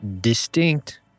distinct